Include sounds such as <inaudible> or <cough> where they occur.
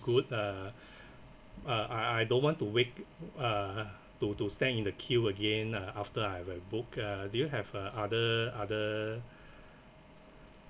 good uh <breath> uh I I don't want to wait uh to to stand in the queue again uh after I will book uh do you have uh other other <breath>